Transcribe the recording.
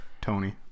Tony